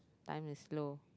time too slow